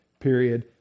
period